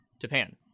Japan